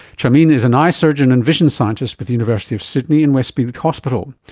chameen is an eye surgeon and vision scientist with the university of sydney and westmead hospital.